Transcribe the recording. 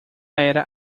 era